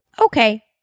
Okay